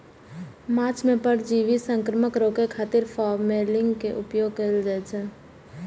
माछ मे परजीवी संक्रमण रोकै खातिर फॉर्मेलिन के उपयोग कैल जाइ छै